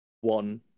one